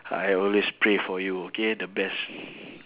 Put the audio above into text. I always pray for you okay the best